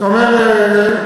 אתה אומר,